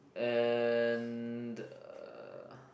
and the